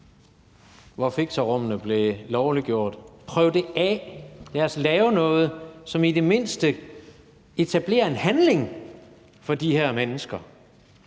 hvor fixerummene blev lovliggjort. Prøv det af. Lad os lave noget, som i det mindste etablerer en handling for de her mennesker.